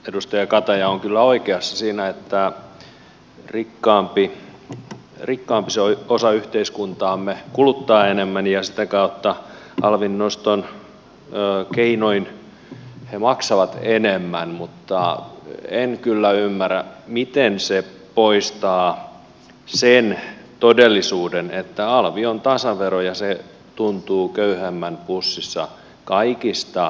edustaja kataja on kyllä oikeassa siinä että rikkaampi osa yhteiskuntaamme kuluttaa enemmän ja sitä kautta alvin noston keinoin he maksavat enemmän mutta en kyllä ymmärrä miten se poistaa sen todellisuuden että alvi on tasavero ja se tuntuu köyhemmän pussissa kaikista kovimmin